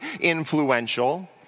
influential